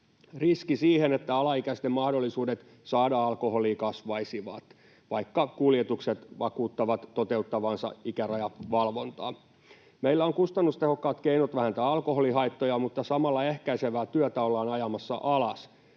Riski siihen, että alaikäisten mahdollisuudet saada alkoholia kasvaisi, vaikka kuljetukset vakuuttavat toteuttavansa ikärajavalvontaa. Meillä on kustannustehokkaat keinot vähentää alkoholihaittoja, mutta samalla ehkäisevää työtä ollaan ajamassa alas.